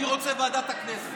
אני רוצה לוועדת הכנסת.